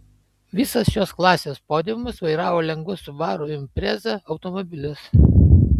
visas šios klasės podiumas vairavo lengvus subaru impreza automobilius